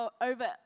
over